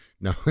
no